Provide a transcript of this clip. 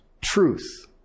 truth